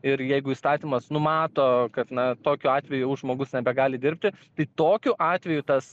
ir jeigu įstatymas numato kad na tokiu atveju jau žmogus nebegali dirbti tai tokiu atveju tas